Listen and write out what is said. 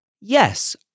yes